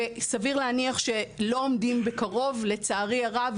וסביר להניח שלא עומדים בקרוב לצערי הרב,